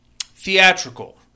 theatrical